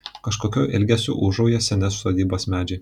kažkokiu ilgesiu ūžauja seni sodybos medžiai